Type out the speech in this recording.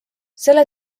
selle